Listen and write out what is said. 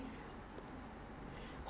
then with pus water